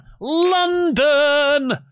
London